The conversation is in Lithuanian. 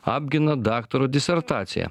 apgina daktaro disertaciją